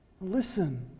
Listen